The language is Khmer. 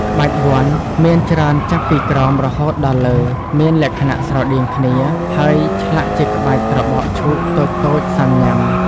ក្បាច់វណ្ឌមានច្រើនចាប់ពីក្រោមរហូតដល់លើ មានលក្ខណៈ ស្រដៀងគ្នា ហើយធ្លាក់ជាក្បាច់ត្របកឈូកតូចៗសាំញ៉ាំ។